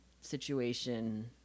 situation